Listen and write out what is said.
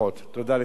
תודה לך, אדוני.